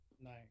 Nice